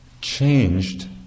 changed